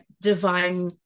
divine